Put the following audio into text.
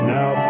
Now